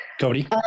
Cody